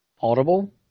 audible